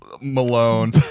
Malone